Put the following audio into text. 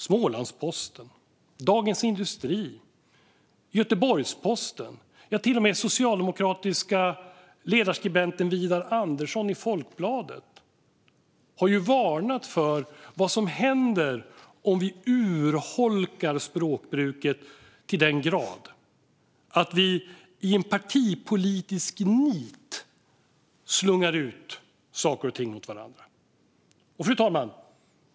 Smålandsposten, Dagens industri, Göteborgs-Posten och till och med den socialdemokratiske ledarskribenten Widar Andersson i Folkbladet har varnat för vad som händer om vi urholkar språkbruket till den grad att vi i partipolitiskt nit slungar ut saker och ting mot varandra. Fru talman!